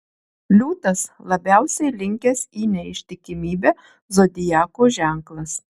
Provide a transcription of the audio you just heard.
liūtas labiausiai linkęs į neištikimybę zodiako ženklas